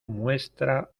muestra